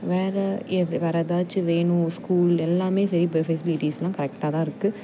வேறு எது வேறு எதாச்சும் வேணும் ஸ்கூல் எல்லாமே சரி இப்போ ஃபெஸ்லிட்டிஸ் எல்லாம் கரெக்டாக தான் இருக்கு